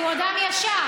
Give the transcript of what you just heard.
כי הוא אדם ישר.